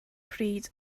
pryd